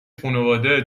خونواده